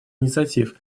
инициатив